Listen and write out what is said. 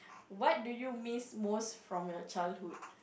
what do you miss most from your childhood